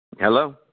Hello